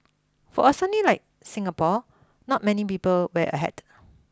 for a sunny like Singapore not many people wear a hat